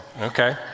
Okay